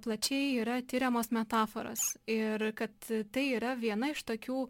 plačiai yra tiriamos metaforos ir kad tai yra viena iš tokių